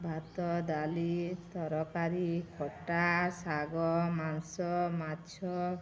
ଭାତ ଡାଲି ତରକାରୀ ଖଟା ଶାଗ ମାଂସ ମାଛ